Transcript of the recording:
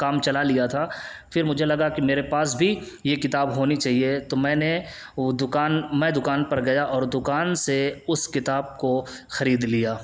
کام چلا لیا تھا پھر مجھے لگا کہ میرے پاس بھی یہ کتاب ہونی چاہیے تو میں نے وہ دکان میں دکان پر گیا اور دکان سے اس کتاب کو خرید لیا